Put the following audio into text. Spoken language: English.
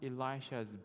Elisha's